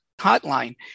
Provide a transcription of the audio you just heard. hotline